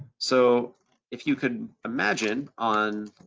so if you could imagine on,